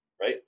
Right